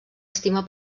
estima